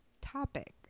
topic